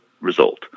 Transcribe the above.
result